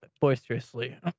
Boisterously